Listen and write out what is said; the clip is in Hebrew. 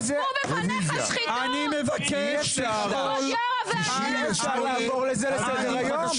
מה זה --- אני מבקש לשאול --- אי אפשר לעבור על זה לסדר היום.